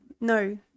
No